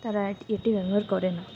তারা এটি ব্যবহার করে না